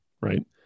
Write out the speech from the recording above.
right